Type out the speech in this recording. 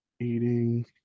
Eating